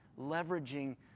leveraging